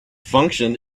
function